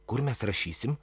kur mes rašysim